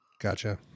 Gotcha